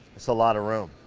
it's a lot of room.